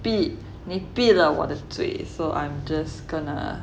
闭你闭了我的嘴 so I'm just gonna